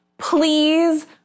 please